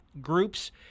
groups